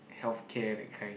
healthcare that kind